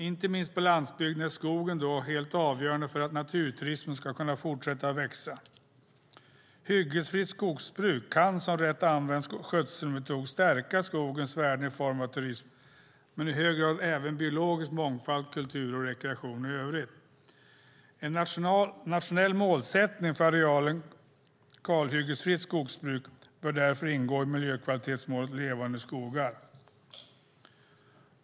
Inte minst på landsbygden är skogen helt avgörande för att naturturismen ska kunna fortsätta växa. Hyggesfritt skogsbruk kan som rätt använd skötselmetod stärka skogens värden i form av turism, men i hög grad även biologisk mångfald, kultur och rekreation. En nationell målsättning för arealen kalhyggesfritt skogsbruk bör därför ingå i miljökvalitetsmålet Levande skogar.